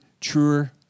truer